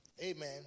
Amen